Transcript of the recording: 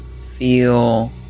feel